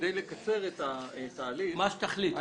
כדי לקצר את התהליך --- מה שתחליט,